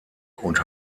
und